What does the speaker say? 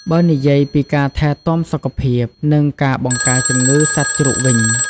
បើនិយាយពីការថែទាំសុខភាព និងការបង្ការជំងឺសត្វជ្រូកវិញ។